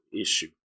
issue